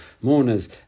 mourners